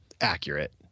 accurate